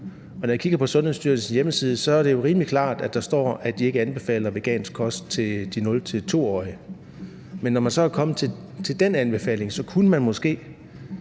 Når jeg kigger på Sundhedsstyrelsens hjemmeside, er det jo rimelig klart, at der står, at de ikke anbefaler vegansk kost til 0-2-årige. Men når man så er kommet frem til den anbefaling, kunne man måske